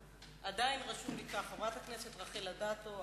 עדיין רשום לי כך: חברת הכנסת רחל אדטו,